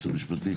היועץ המשפטי.